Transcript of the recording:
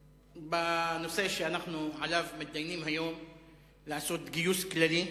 שבנושא שאנחנו מתדיינים עליו היום צריך לעשות גיוס כללי,